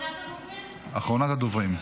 אחרונת הדוברים.